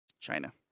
China